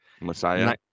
messiah